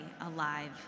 alive